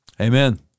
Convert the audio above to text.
Amen